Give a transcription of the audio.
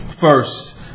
First